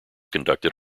conducted